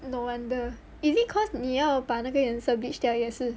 no wonder is it cause 你要把那个颜色 bleach 掉也是